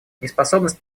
неспособность